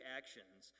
actions